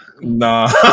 Nah